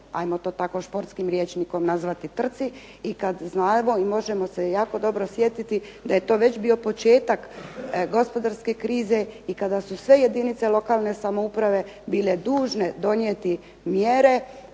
ajmo to tako sportskim rječnikom nazvati trci, i kada znamo i možemo se jako dobro sjetiti da je to već biti početak gospodarske krize i kada su sve jedinice lokalne samouprave bile dužne donijeti mjere